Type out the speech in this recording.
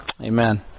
Amen